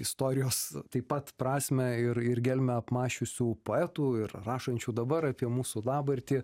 istorijos taip pat prasmę ir ir gelmę apmąsčiusių poetų ir rašančių dabar apie mūsų dabartį